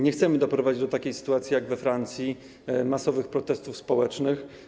Nie chcemy doprowadzić do takiej sytuacji jak we Francji, do masowych protestów społecznych.